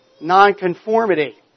nonconformity